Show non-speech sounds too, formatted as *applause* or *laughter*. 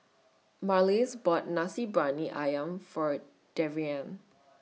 Marlys bought Nasi Briyani Ayam For Darrian *noise*